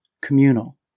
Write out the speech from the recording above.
communal